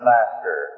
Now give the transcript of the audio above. Master